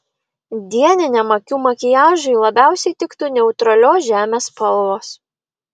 dieniniam akių makiažui labiausiai tiktų neutralios žemės spalvos